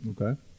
Okay